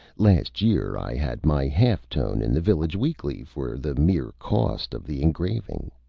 last year i had my half-tone in the village weekly for the mere cost of the engraving.